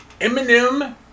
Eminem